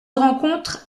rencontre